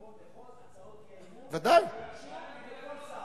הביטחון על כל הצעות האי-אמון שהוגשו כנגד כל שר.